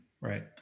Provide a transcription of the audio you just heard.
Right